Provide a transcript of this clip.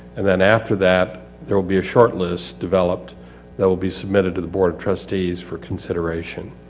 and then after that, there will be short list developed that will be submitted to the board of trustees for consideration.